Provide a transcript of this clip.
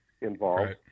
involved